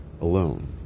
alone